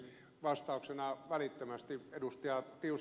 vastauksena välittömästi ed